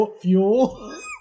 Fuel